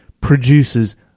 produces